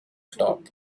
top